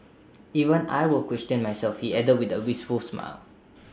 even I will question myself he added with A wistful smile